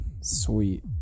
Sweet